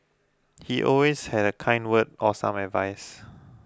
he always had a kind word or some advice